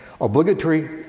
Obligatory